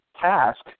task